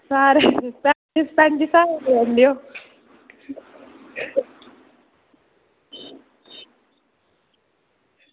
सारे सारे भैन जी साढ़े औन देओ